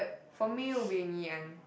for me will be in Ngee-Ann